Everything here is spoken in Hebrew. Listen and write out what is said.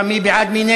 מרב מיכאלי,